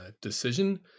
decision